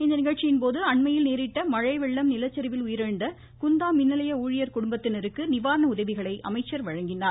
இந்நிகழ்ச்சியின்போது அண்மையில் நேரிட்ட மழைவெள்ளம் நிலச்சரிவில் ் உயிரிழந்த குந்தா மின்நிலைய ஊழியர்களின் குடும்பத்தினருக்கு நிவாரண உதவிகளை அமைச்சர் வழங்கினார்